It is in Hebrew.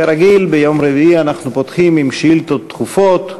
כרגיל ביום רביעי, אנחנו פותחים בשאילתות דחופות.